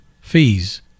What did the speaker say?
Fees